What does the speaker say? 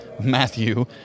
Matthew